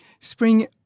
Spring